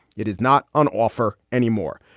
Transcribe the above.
it is not on offer anymore.